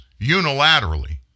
unilaterally